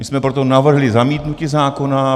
My jsme proto navrhli zamítnutí zákona.